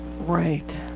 Right